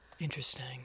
Interesting